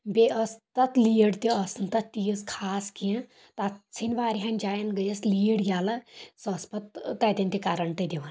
بییٚہِ ٲس تتھ لیڈ تہِ ٲس نہٕ تتھ تیٖژ خاص کینٛہہ تتھ ژھینۍ واریاہن جاین گٔیس لیڈ یلہٕ سۄ ٲس پتہٕ تتٮ۪ن تہِ کرنٛٹ دِوان